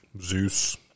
Zeus